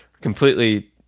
completely